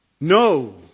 No